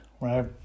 right